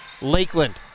Lakeland